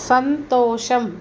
సంతోషం